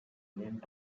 wind